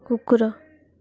କୁକୁର